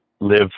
live